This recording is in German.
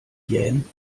jähn